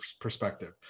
perspective